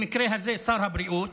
במקרה הזה, שר הבריאות,